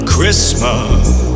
Christmas